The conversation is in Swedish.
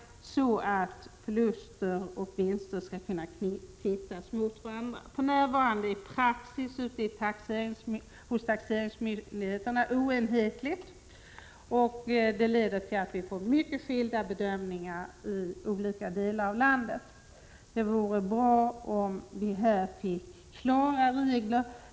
Förluster och vinster skall kunna kvittas mot varandra. För närvarande råder inte samma praxis hos olika taxeringsmyndigheter. Det leder till mycket skilda bedömningar i olika delar av landet. Det vore bra om det skapades klara regler.